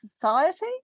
society